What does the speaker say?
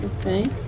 Okay